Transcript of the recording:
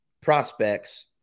prospects